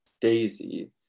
daisy